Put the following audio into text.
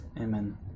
Amen